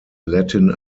latin